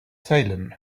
salem